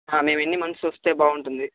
మేము ఎన్ని మంత్స్ వస్తే బాగుంటుంది